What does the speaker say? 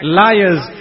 liars